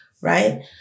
Right